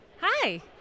Hi